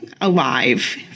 alive